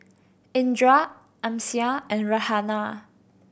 Indra Amsyar and Raihana